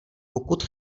pokud